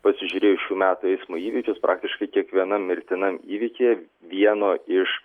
pasižiūrėjus šių metų eismo įvykius praktiškai kiekvienam mirtinam įvykyje vieno iš